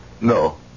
No